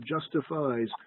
justifies